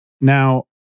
Now